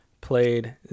played